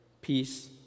peace